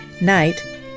night